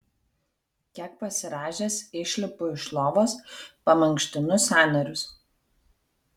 kiek pasirąžęs išlipu iš lovos pamankštinu sąnarius